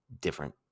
different